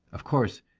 of course,